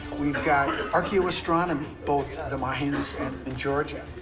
we've got archaeoastronomy, both the mayans and in georgia.